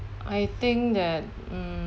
I think that mm